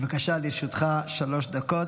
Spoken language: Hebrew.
בבקשה, לרשותך שלוש דקות.